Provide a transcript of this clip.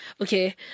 Okay